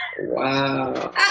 Wow